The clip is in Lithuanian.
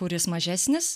kuris mažesnis